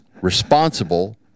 responsible